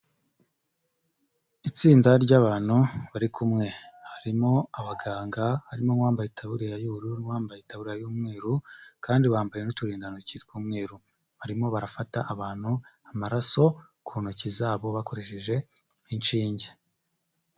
Itsinda ry'abantu bari kumwe, harimo abaganga, harimo uwambaye itaburiya y'ubururu, n'uwambambaye itaburiya y'umweru, kandi bambaye n'uturindantoki tw'umweruru, barimo barafata abantu amaraso, ku ntoki zabo bakoresheje inshinge.